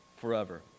forever